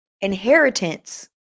inheritance